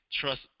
trust